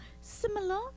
similar